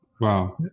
Wow